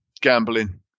gambling